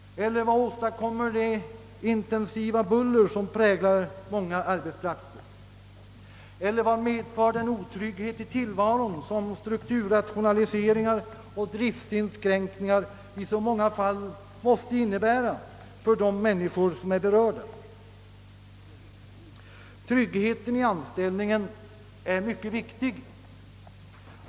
Eller vad åstadkommer det intensiva buller som präglar många arbetsplatser? Eller vad medför den otrygghet i tillvaron som strukturrationaliseringar och driftinskränkningar i så många fall måste innebära för de människor som är berörda? Tryggheten i anställningen är mycket viktig.